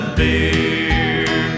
beer